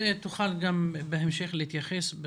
תוכל גם בהמשך להתייחס,